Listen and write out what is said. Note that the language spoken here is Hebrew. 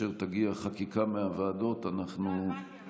וכאשר תגיע חקיקה מהוועדות אנחנו --- לא, הבנתי.